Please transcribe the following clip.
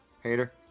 Hater